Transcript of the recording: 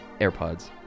airpods